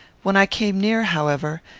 when i came near, however,